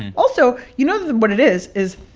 and also, you know what it is is,